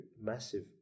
massive